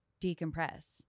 decompress